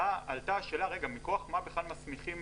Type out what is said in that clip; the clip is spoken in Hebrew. עלתה השאלה מכוח מה בכלל מסמיכים,